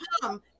come